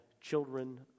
children